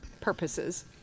purposes